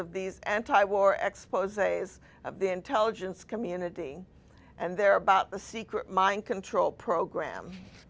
of these antiwar expos is of the intelligence community and they're about the secret mind control program